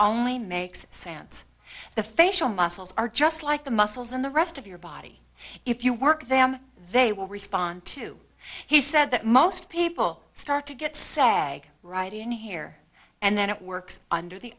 only makes sense the facial muscles are just like the muscles in the rest of your body if you work them they will respond to he said that most people start to get sag right in here and then it works under the